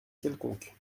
quelconque